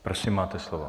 Prosím, máte slovo.